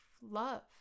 love